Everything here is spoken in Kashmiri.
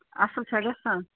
اَصٕل چھا گژھان